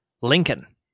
Lincoln